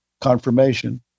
confirmation